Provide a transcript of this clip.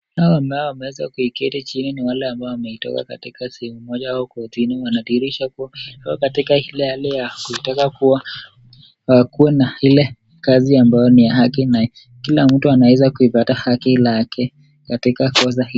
Hawa ambao wameweza kuketi chini na wale ambao wametoka katika sehemu moja au kortini wanadhihirisha kuwa wako katika ile hali ya kutaka kuwa wawe na ile kazi ambayo ni ya haki na kila mtu anaweza kuipata haki lake katika kosa.